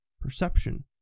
perception